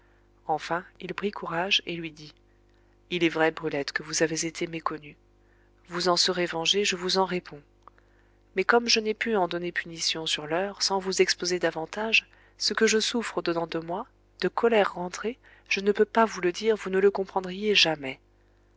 enfin il prit courage et lui dit il est vrai brulette que vous avez été méconnue vous en serez vengée je vous en réponds mais comme je n'ai pu en donner punition sur l'heure sans vous exposer davantage ce que je souffre au dedans de moi de colère rentrée je ne peux pas vous le dire vous ne le comprendriez jamais